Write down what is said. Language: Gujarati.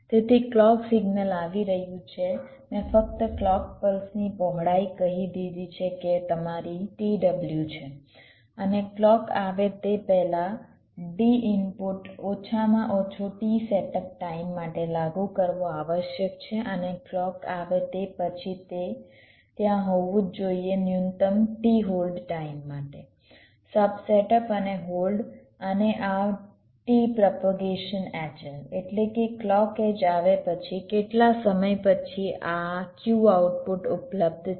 તેથી ક્લૉક સિગ્નલ આવી રહ્યું છે મેં ફક્ત ક્લૉક પલ્સની પહોળાઈ કહી દીધી છે જે તમારી t w છે અને ક્લૉક આવે તે પહેલાં D ઇનપુટ ઓછામાં ઓછો t સેટઅપ ટાઇમ માટે લાગુ કરવો આવશ્યક છે અને ક્લૉક આવે તે પછી તે ત્યાં હોવું જ જોઈએ ન્યૂનતમ t હોલ્ડ ટાઇમ માટે સબ સેટઅપ અને હોલ્ડ અને આ t પ્રોપેગેશન hl એટલે કે ક્લૉક એડ્જ આવે પછી કેટલા સમય પછી આ Q આઉટપુટ ઉપલબ્ધ છે